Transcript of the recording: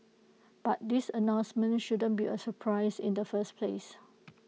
but this announcement shouldn't be A surprise in the first place